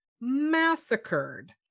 massacred